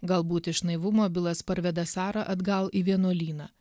galbūt iš naivumo bilas parveda sarą atgal į vienuolyną